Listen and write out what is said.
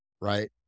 right